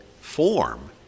form